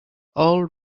all